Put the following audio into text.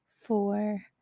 four